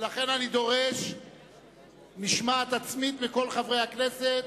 ולכן אני דורש משמעת עצמית מכל חברי הכנסת,